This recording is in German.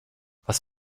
was